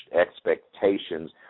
expectations